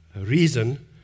reason